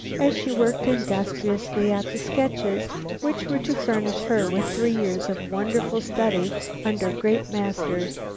as she worked industriously at the sketches which were to furnish her with three years of wonderful study under great masters.